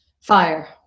Fire